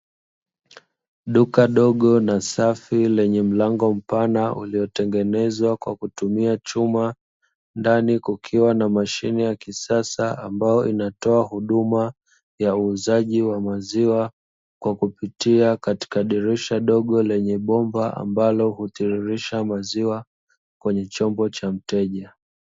Duka dogo na safi, lenye mlango mpana uliotengenezwa kwa kutumia chuma, ndani kukiwa na mashine ya kisasa ambayo inatoa huduma ya uuzaji wa maziwa kwa kupitia katika dirisha dogo lenye bomba ambalo hutiririsha maziwa kwenye chombo cha mteja.